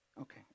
Okay